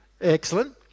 Excellent